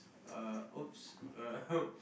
uh !oops!